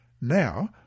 Now